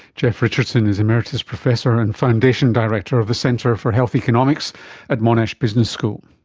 jeff richardson is emeritus professor and foundation director of the centre for health economics at monash business school